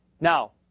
Now